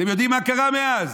אתם יודעים מה קרה מאז?